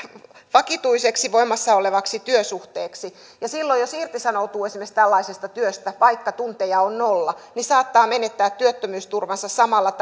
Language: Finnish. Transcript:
vakituisesti voimassa olevaksi työsuhteeksi ja silloin jos esimerkiksi irtisanoutuu tällaisesta työstä vaikka tunteja on nolla saattaa menettää työttömyysturvansa samalla